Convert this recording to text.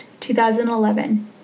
2011